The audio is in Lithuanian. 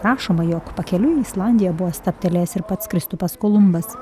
rašoma jog pakeliui į islandiją buvo stabtelėjęs ir pats kristupas kolumbas